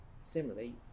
Similarly